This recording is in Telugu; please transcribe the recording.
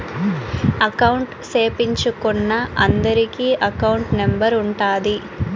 అకౌంట్ సేపిచ్చుకున్నా అందరికి అకౌంట్ నెంబర్ ఉంటాది